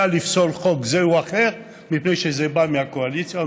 לפסול חוק זה או אחר מפני שזה בא מהקואליציה או